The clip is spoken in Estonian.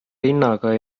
hinnaga